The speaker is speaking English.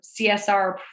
CSR